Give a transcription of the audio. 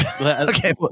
Okay